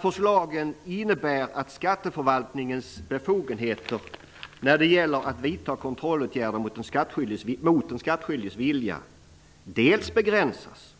Förslagen innebär att skatteförvaltningens befogenheter när det gäller att vidta kontrollåtgärder mot den skattskyldiges vilja dels begränsas,